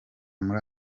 muri